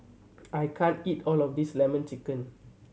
I can't eat all of this Lemon Chicken